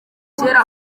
kera